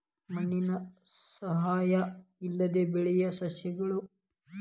ಮಣ್ಣಿನ ಸಹಾಯಾ ಇಲ್ಲದ ಬೆಳಿಯು ಸಸ್ಯಗಳು